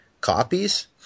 copies